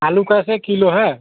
आलू कैसे किलो है